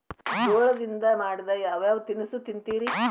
ಜೋಳದಿಂದ ಮಾಡಿದ ಯಾವ್ ಯಾವ್ ತಿನಸು ತಿಂತಿರಿ?